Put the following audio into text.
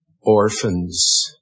Orphans